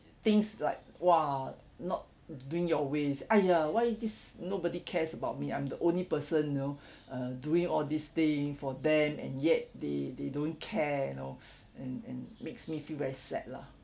things like !wah! not doing your ways !aiya! why this nobody cares about me I'm the only person you know uh doing all this thing for them and yet they they don't care you know and and makes me feel very sad lah